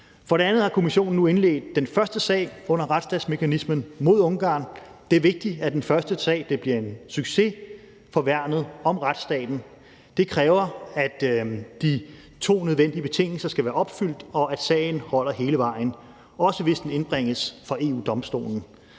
For det andet har Kommissionen nu indledt den første sag under retsstatsmekanismen mod Ungarn. Det er vigtigt, at den første sag bliver en succes for værnet om retsstaten. Det kræver, at de to nødvendige betingelser skal være opfyldt, og at sagen holder hele vejen – også hvis den indbringes for EU-Domstolen.